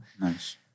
Nice